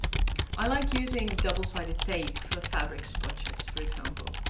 i like using double-sided tape for fabric swatches for example.